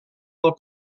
del